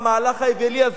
מהמהלך האווילי הזה?